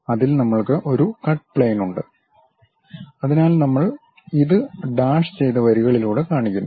അതിൽ നമ്മൾക്ക് ഒരു കട്ട് പ്ലെയിൻ ഉണ്ട് അതിനാൽ നമ്മൾ ഇത് ഡാഷ് ചെയ്ത വരികളിലൂടെ കാണിക്കുന്നു